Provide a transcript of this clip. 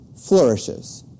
flourishes